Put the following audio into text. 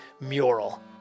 mural